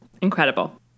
Incredible